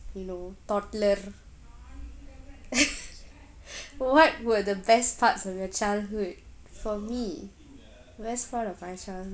you know toddler what were the best parts of your childhood for me best part of my